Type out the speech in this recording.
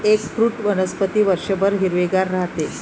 eggfruit वनस्पती वर्षभर हिरवेगार राहते